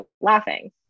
laughing